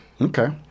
Okay